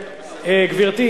גברתי,